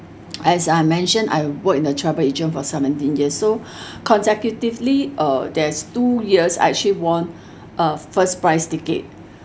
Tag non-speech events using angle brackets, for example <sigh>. as I mentioned I work in a travel agent for seventeen years so <breath> consecutively uh there's two years I actually won uh first price ticket